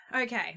okay